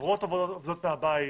חברות עובדות מהבית.